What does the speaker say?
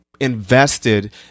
invested